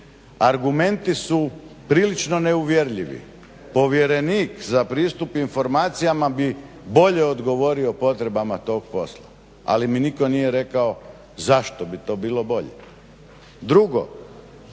Argumenti su prilično neuvjerljivi. Povjerenik za pristup informacijama bi bolje odgovorio potrebama tog posla, ali mi nitko nije rekao zašto bi to bilo bolje.